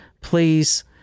please